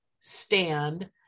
stand